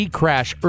crash